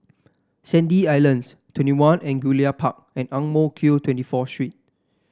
Sandy Islands Twenty One Angullia Park and Ang Mo Kio Twenty Four Street